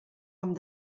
amb